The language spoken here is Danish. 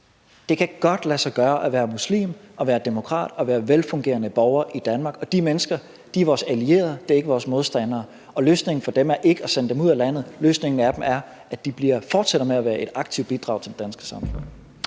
Det kan godt lade sig gøre at være muslim og være demokrat og være en velfungerende borger i Danmark. De mennesker er vores allierede. De er ikke vores modstandere. Og løsningen er ikke at sende dem ud af landet. Løsningen er, at de fortsætter med at være et aktivt bidrag til det danske samfund.